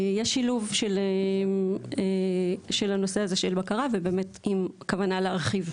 יש שילוב של הנושא הזה של בקרה ובאמת עם כוונה להרחיב.